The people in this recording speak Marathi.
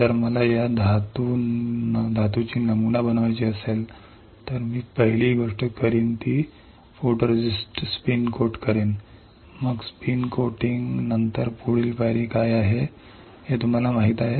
जर मला या धातूची नमुना करायची असेल तर प्रथम मी काय करेन मी कोट फोटोरिस्टिस्ट स्पिन करेन मग स्पिन कोटिंग नंतर पुढील पायरी काय आहे हे तुम्हाला माहिती आहे